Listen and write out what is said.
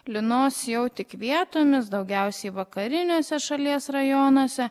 lynos jau tik vietomis daugiausiai vakariniuose šalies rajonuose